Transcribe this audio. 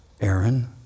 Aaron